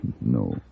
No